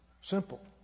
Simple